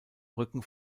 rücken